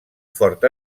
fort